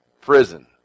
Prison